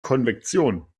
konvektion